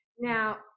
Now